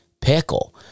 Pickle